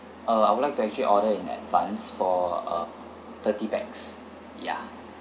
uh I would like to actually order in advance for uh thirty pax yeah